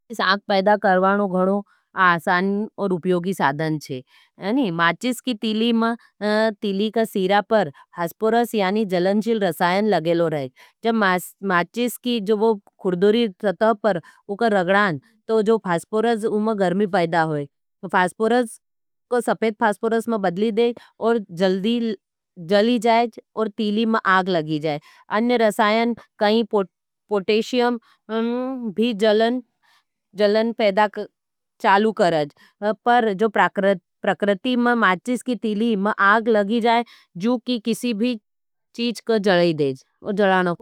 माचिस की तीली में तीली का सीरा पर फास्पोरस यानी जलन शिल रसायन लगेलो रहें। जब मा माचिस की खुर्दोरी सतह पर उकर रगडान तो जो फास्पोरस उमें घर्मी पैदा होई। फास्पोरस को सपेध फास्पोरस में बदली दे और जली जाय और तीली में आग लगी जाय। अन्य रसायन कहीं पोटेशियम भी जलन जलन पैदा चालू करज जो प्रकरती में माचिस की तीली में आग लगी जाय जू की किसी भी चीज को जली देज और जलाना को।